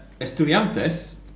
Estudiantes